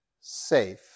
safe